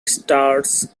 stars